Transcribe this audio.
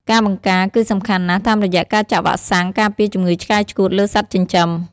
ការបង្ការ គឺសំខាន់ណាស់ តាមរយៈការចាក់វ៉ាក់សាំងការពារជំងឺឆ្កែឆ្កួតលើសត្វចិញ្ចឹម។